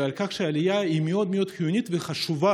ועל כך שהעלייה היא מאוד מאוד חיונית וחשובה,